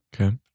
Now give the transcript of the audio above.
Okay